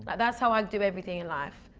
that's how i do everything in life.